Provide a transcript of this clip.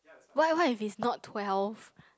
what what if it's not twelve